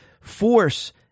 force